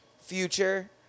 future